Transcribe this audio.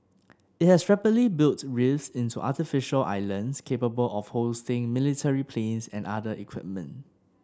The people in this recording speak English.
it has rapidly built reefs into artificial islands capable of hosting military planes and other equipment